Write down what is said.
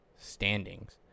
standings